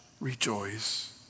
rejoice